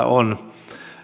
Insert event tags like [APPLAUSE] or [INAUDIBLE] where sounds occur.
[UNINTELLIGIBLE] on